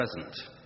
present